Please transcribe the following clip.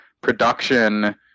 production